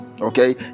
okay